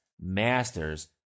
Masters